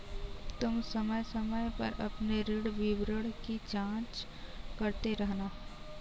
तुम समय समय पर अपने ऋण विवरण की जांच करते रहना